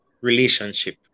relationship